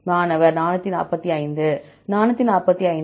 மாணவர் 445 445